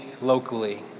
locally